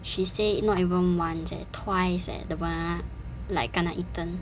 she said not even once or twice eh the banana like kena eaten